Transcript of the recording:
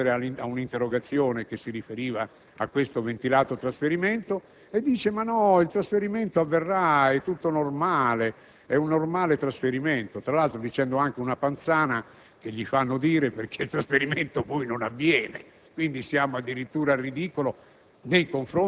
e di affetto reciproco - viene in Parlamento a rispondere ad un'interrogazione che si riferiva al ventilato trasferimento e afferma: ma no, il trasferimento avverrà, è tutto normale, è un normale trasferimento, tra l'altro, dicendo anche una panzana - che gli fanno dire - perché poi il trasferimento non avviene,